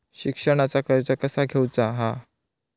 शिक्षणाचा कर्ज कसा घेऊचा हा?